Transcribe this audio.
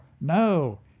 no